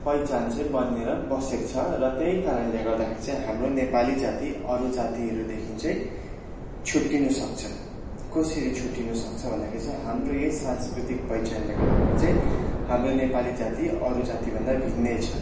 पहिचान चाहिँ बनिएर बसेको छ र त्यही कारणले गर्दाखेरि चाहिँ हाम्रो नेपाली जाति अरू जातिहरूदेखिन् चाहिँ छुट्टिनु सक्छ कसिरी छुट्टिनु सक्छ भन्दाखेरि चाहिँ हाम्रो यही सांस्कृतिक पहिचानले गर्दाखेरि चाहिँ हाम्रो नेपाली जाति अरू जातिभन्दा भिन्नै छ